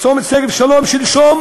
בצומת שגב-שלום נהרג שלשום